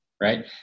right